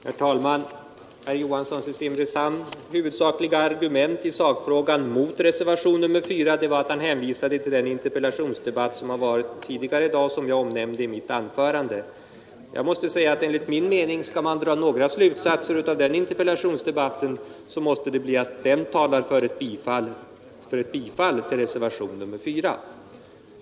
Herr talman! Herr Johanssons i Simrishamn huvudsakliga argument i sakfrågan mot reservationen 4 var att han hänvisade till den interpellationsdebatt som förts tidigare i dag och som jag omnämnt i mitt anförande. Skall man dra några slutsatser av den interpellationsdebatten måste det enligt min mening vara att den talar för ett bifall till reservationen 4.